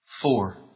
Four